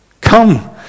Come